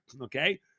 okay